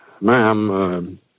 ma'am